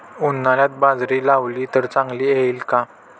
उन्हाळ्यात बाजरी लावली तर चांगली येईल का?